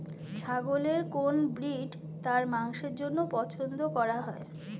ছাগলের কোন ব্রিড তার মাংসের জন্য পছন্দ করা হয়?